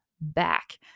back